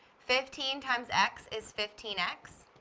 fifteen times x is fifteen x.